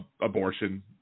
abortion